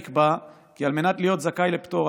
נקבע כי על מנת להיות זכאי לפטור,